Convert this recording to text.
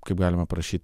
kaip galima parašyti